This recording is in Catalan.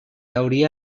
hauria